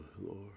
Lord